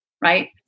right